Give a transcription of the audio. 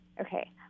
okay